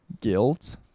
guilt